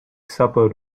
supper